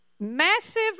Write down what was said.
Massive